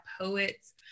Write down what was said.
poets